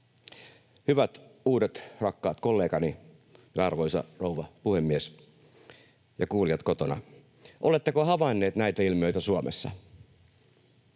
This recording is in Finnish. Hyvät uudet rakkaat kollegani, arvoisa rouva puhemies ja kuulijat kotona, oletteko havainneet näitä ilmiöitä Suomessa?